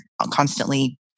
constantly